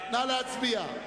נא להצביע.